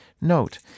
Note